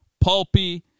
pulpy